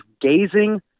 gazing